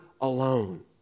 alone